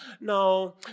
no